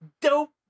dope